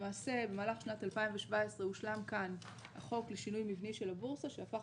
למעשה במהלך שנת 2017 הושלם כאן החוק לשינוי מבני של הבורסה שהפך